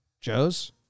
Joe's